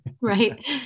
right